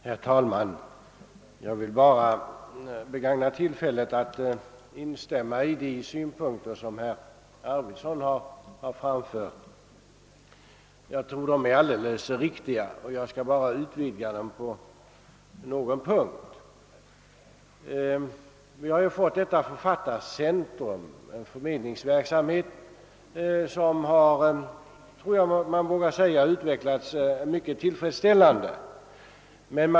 Herr talman! Jag vill begagna tillfället att instämma i vad herr Arvidson anförde. Jag tror att de synpunkter som han anlade är alldeles riktiga, och jag skall endast utveckla en av dem. Vi har fått detta Författarcentrum, som bedriver en förmedlingsverksamhet som jag tror att man vågar säga har utvecklats mycket tillfredsställande.